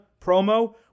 promo